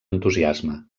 entusiasme